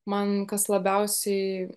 man kas labiausiai